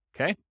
Okay